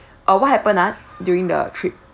uh what happened ah during the trip